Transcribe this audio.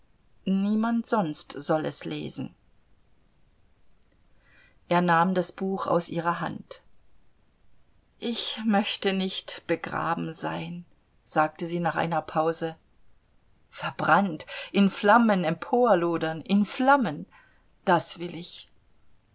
niemand sonst soll es lesen er nahm das buch aus ihrer hand ich möchte nicht begraben sein sagte sie nach einer pause verbrannt in flammen emporlodern in flammen das will ich